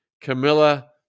Camilla